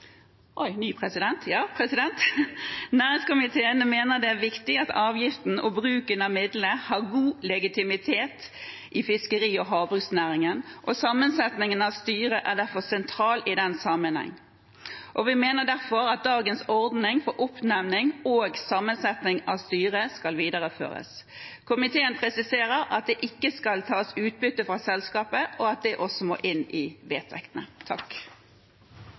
Næringskomiteen mener det er viktig at avgiften og bruken av midlene har god legitimitet i fiskeri- og havbruksnæringen, og sammensetningen av styret er derfor sentral i den sammenheng. Vi mener derfor at dagens ordning for oppnevning og sammensetning av styret skal videreføres. Komiteen presiserer at det ikke skal tas utbytte fra selskapet, og at det også må inn i